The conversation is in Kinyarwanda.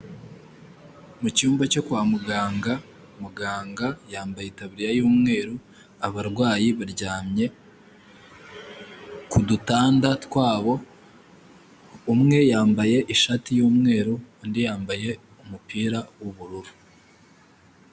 Mu cyumba cyo kwa muganga, muganga yambaye itaburiya y'umweru, abarwayi baryamye ku dutanda twabo ,umwe yambaye ishati y'umweru ,undi yambaye umupira w'ubururu.